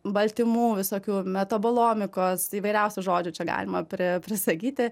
baltymų visokių metabolomikos įvairiausių žodžių čia galima pri prisakyti